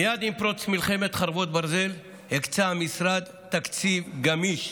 מייד עם פרוץ מלחמת חרבות ברזל הקצה המשרד תקציב גמיש,